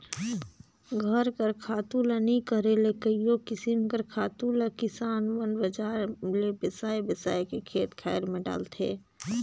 घर कर खातू ल नी करे ले कइयो किसिम कर खातु ल किसान मन बजार ले बेसाए बेसाए के खेत खाएर में डालथें